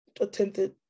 attempted